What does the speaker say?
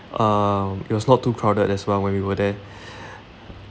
um it was not too crowded as well when we were there